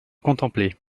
contempler